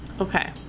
Okay